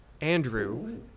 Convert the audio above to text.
Andrew